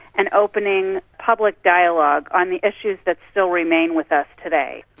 and opening public dialogue on the issues that still remain with us today.